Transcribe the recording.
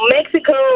Mexico